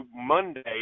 Monday –